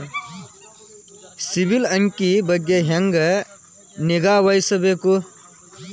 ಸಿಬಿಲ್ ಅಂಕಿ ಬಗ್ಗೆ ಹೆಂಗ್ ನಿಗಾವಹಿಸಬೇಕು?